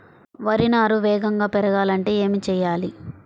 వరి నారు వేగంగా పెరగాలంటే ఏమి చెయ్యాలి?